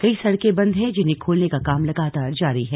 कई सड़कें बंद हैं जिन्हें खोलने का काम लगातार जारी है